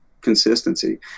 consistency